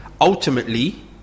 ultimately